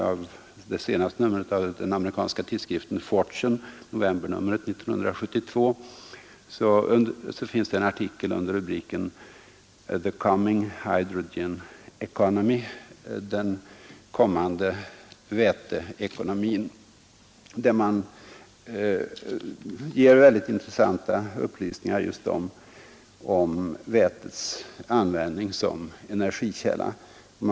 I det senaste numret av den amerikanska tidskriften Fortune, novembernumret 1972, finns en artikel under rubriken The Coming Hydrogen Economy — den kommande väteekonomin — som ger mycket intressanta upplysningar om vätets användning som energikälla. Man skulle framställa det genom elektrolys av vatten och för denna process använda atomenergi.